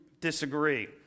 disagree